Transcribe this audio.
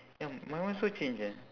ya my one also change eh